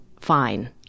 fine